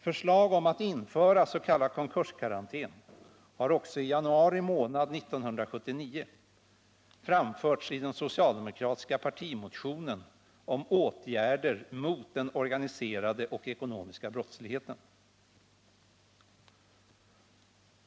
Förslag om att införa s.k. konkurskarautän har också i januari månad 1979 framförts i den socialdemokratiska partimotionen om åtgärder mot den organiserade och ekonomiska brottsligheten.